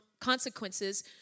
consequences